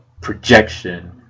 projection